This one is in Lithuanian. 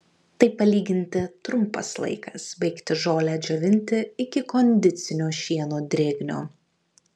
tai palyginti trumpas laikas baigti žolę džiovinti iki kondicinio šieno drėgnio